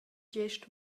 gest